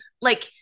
like-